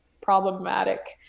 problematic